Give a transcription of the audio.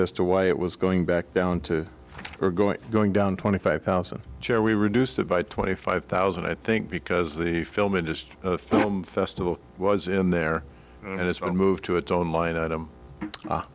as to why it was going back down to we're going going down twenty five thousand chair we reduced it by twenty five thousand i think because the film industry film festival was in there and it's been moved to its own line item